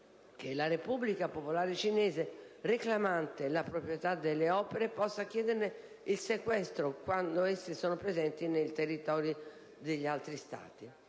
che la Repubblica popolare cinese, reclamante la proprietà delle opere, possa chiederne il sequestro quando esse sono presenti nel territorio di altri Stati.